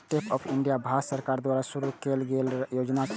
stand up India Bharat सरकार द्वारा शुरू कैल गेल योजना छियै